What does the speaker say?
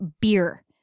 beer